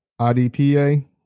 IDPA